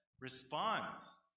responds